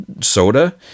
soda